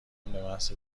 بمحض